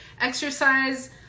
Exercise